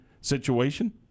situation